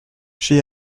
she